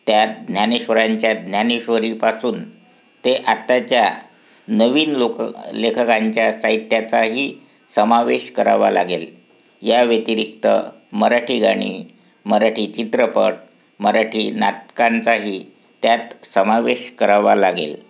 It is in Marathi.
त्यात ज्ञानेश्वरांच्या ज्ञानेश्वरीपासून ते आत्ताच्या नवीन लोकं लेखकांच्या साहित्याचाही समावेश करावा लागेल या व्यतिरिक्त मराठी गाणी मराठी चित्रपट मराठी नाटकांचाही त्यात समावेश करावा लागेल